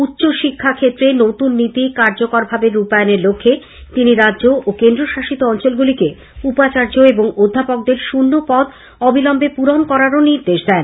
উচ্চশিক্ষাক্ষেত্রে নতুন নীতি কার্যকরভাবে রূপায়নের লক্ষ্যে তিনি রাজ্য ও কেন্দ্রশাসিত অঞ্চলগুলিকে উপাচার্য এবং অধ্যাপকদের শূন্য পদ অবিলম্বে পূরণ করারও নির্দেশ দেন